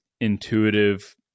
intuitive